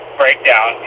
breakdown